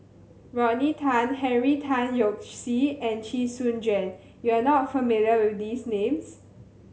Rodney Tan Henry Tan Yoke See and Chee Soon Juan you are not familiar with these names